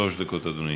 שלוש דקות, אדוני.